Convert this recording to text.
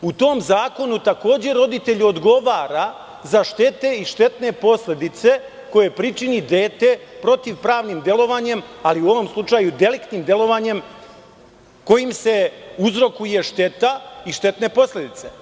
U tom zakonu takođe roditelj odgovara za štete i štetne posledice kojepričini dete protivpravnim delovanjem, ali u ovom slučaju deliktnim delovanjem, kojim se uzrokuje šteta i štetne posledice.